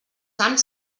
sant